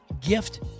gift